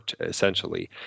essentially